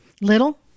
Little